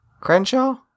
crenshaw